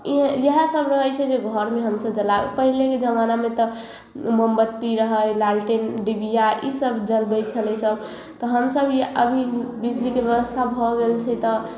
इएह इएह सब रहय छै जे घरमे हमसब जला पहिलेके जबानामे तऽ मोमबत्ती रहै लालटेन डिबिया ई सब जरबै छलै तऽ हमसब या अभी भी बिजलीके ब्यवस्था भऽ गेल छै तऽ